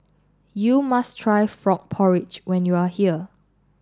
you must try Frog Porridge when you are here